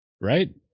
Right